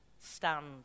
stand